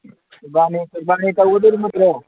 ꯀꯨꯔꯕꯥꯅꯤ ꯀꯨꯔꯕꯥꯅꯤ ꯇꯧꯒꯗꯣꯔꯤ ꯅꯠꯇ꯭ꯔꯣ